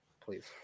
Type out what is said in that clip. please